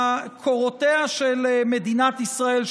קורותיה של מדינת ישראל,